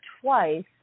twice